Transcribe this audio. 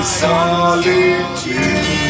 solitude